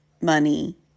money